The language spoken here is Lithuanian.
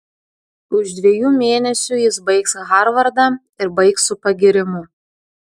už dviejų mėnesių jis baigs harvardą ir baigs su pagyrimu